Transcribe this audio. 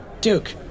Duke